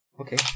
okay